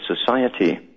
society